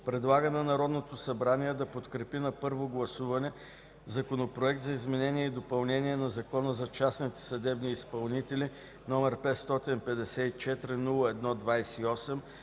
предлага на Народното събрание да подкрепи на първо гласуване Законопроект за изменение и допълнение на Закона за частните съдебни изпълнители, № 554-01-28,